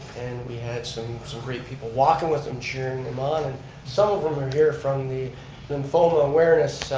and we had some some great people walking with them, cheering them on, and some of them are here from the lymphoma awareness,